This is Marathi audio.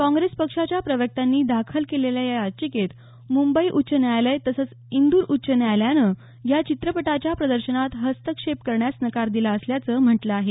काँग्रेस पक्षाच्या प्रवक्त्यांनी दाखल केलेल्या या याचिकेत मुंबई उच्च न्यायालय तसंच इंदूर उच्च न्यायालयानं या चित्रपटाच्या प्रदर्शनात हस्तक्षेप करण्यास नकार दिला असल्याचं म्हटलं आहे